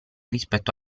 rispetto